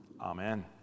Amen